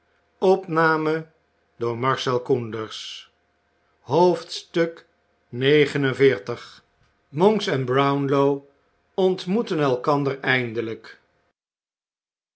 monks en brownlow ontmoeten elkander eindelijk